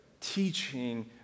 teaching